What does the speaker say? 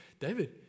David